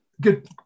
good